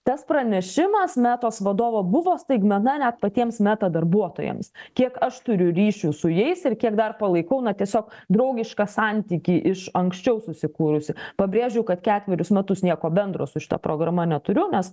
tas pranešimas metos vadovo buvo staigmena net patiems meta darbuotojams kiek aš turiu ryšių su jais ir kiek dar palaikau na tiesiog draugišką santykį iš anksčiau susikūrusi pabrėžiu kad ketverius metus nieko bendro su šita programa neturiu nes